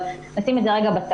אבל נשים את זה בצד.